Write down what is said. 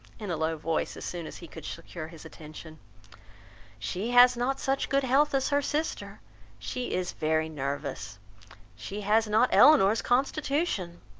in a low voice, as soon as he could secure his attention she has not such good health as her sister she is very nervous she has not elinor's constitution